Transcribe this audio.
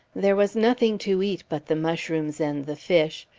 there was nothing to eat but the mushrooms and the fish.